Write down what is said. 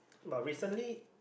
but recently